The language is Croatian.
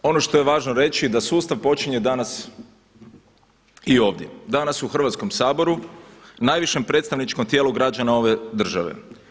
Sustav, ono što je važno reći da sustav počinje danas i ovdje, danas u Hrvatskom saboru najvišem predstavničkom tijelu građana ove države.